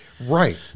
Right